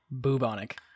Bubonic